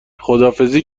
خداحافظی